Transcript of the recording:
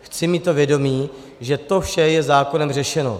Chci mít to vědomí, že to vše je zákonem řešeno.